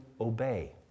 obey